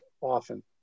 often